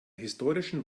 historischen